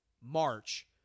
March